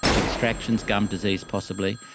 extractions, gum disease possibly.